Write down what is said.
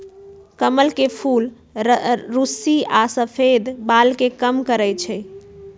कमल के फूल रुस्सी आ सफेद बाल के कम करई छई